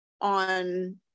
on